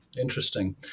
Interesting